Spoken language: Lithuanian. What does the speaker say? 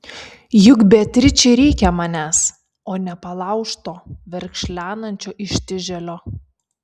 juk beatričei reikia manęs o ne palaužto verkšlenančio ištižėlio